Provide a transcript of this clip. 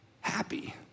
happy